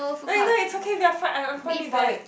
no no is okay we are fine I am fine with that